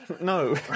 no